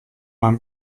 man